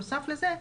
בנוסף לכך,